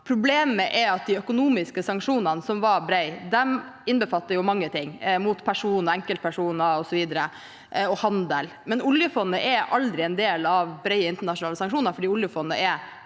Problemet er at de økonomiske sanksjonene, som var brede, innbefattet mange ting – mot personer, enkeltpersoner osv., og handel. Oljefondet er imidlertid aldri en del av brede internasjonale sanksjoner, for oljefondet er